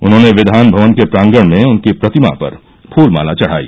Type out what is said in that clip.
उन्होंने विधान भवन के प्रांगण में उनकी प्रतिमा पर फूलमाला चढ़ाई